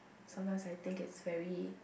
sometimes I think it's very